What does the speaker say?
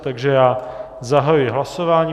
Takže já zahajuji hlasování.